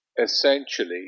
essentially